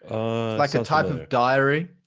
um like so type of diary.